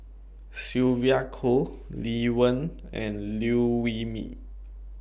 Sylvia Kho Lee Wen and Liew Wee Mee